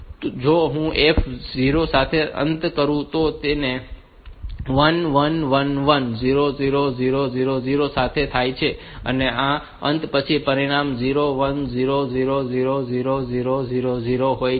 તેથી જો હું F 0 સાથે અંત કરું તો કે જેનો અંત 1 1 1 1 0 0 0 0 0 સાથે થાય છે તો આ અંત પછી પરિણામ 0 1 0 0 0 0 0 0 0 હોય છે